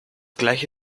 gleiche